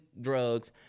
drugs